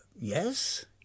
yes